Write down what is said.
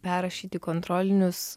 perrašyti kontrolinius